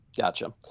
Gotcha